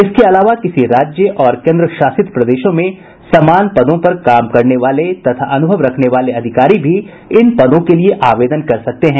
इसके अलावा किसी राज्य और केन्द्र शासित प्रदेशों में समान पदों पर काम करने वाले तथा अनुभव रखने वाले अधिकारी भी इन पदों के लिए आवेदन कर सकते हैं